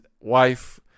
wife